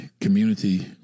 community